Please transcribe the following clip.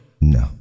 No